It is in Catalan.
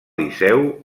liceu